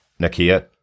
Nakia